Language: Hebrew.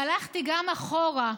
והלכתי גם אחורה,